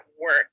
work